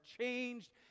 changed